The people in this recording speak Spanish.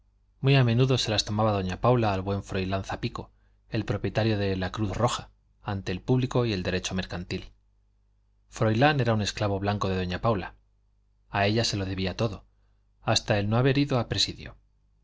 muy a menudo se las tomaba doña paula al buen froilán zapico el propietario de la cruz roja ante el público y el derecho mercantil froilán era un esclavo blanco de doña paula a ella se lo debía todo hasta el no haber ido a presidio